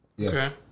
Okay